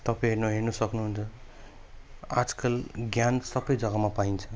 तपाईँ नहेर्नु सक्नुहुन्छ आजकल ज्ञान सबै जग्गामा पाइन्छ